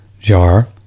jar